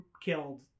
killed